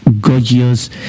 gorgeous